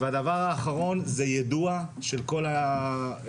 והדבר האחרון זה יידעו של כל המתאמנים.